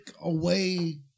away